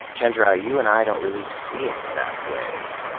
chenjerai, you and i don't really see it that way,